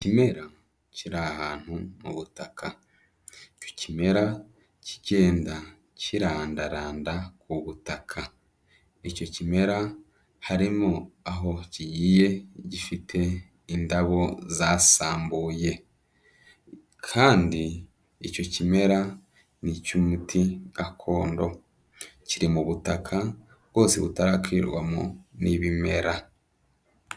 Ikimera kiri ahantu mu butaka, icyo kimera kigenda kirandaranda ku butaka, icyo kimera harimo aho kigiye gifite indabo zasambuye kandi icyo kimera ni icy'umuti gakondo, kiri mu butaka bwose butarakwirwamo n'ibimera.